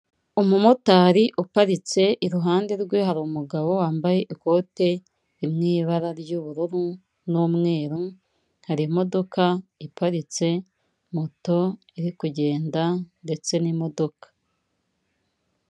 Umumotari uparitse iruhande rwe hari umugabo wambaye ikote riri mu ibara ry'ubururu n'umweru, hari imodoka iparitse, moto iri kugenda ndetse n'imodoka.